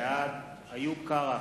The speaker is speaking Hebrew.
בעד איוב קרא,